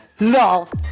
love